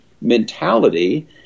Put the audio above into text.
mentality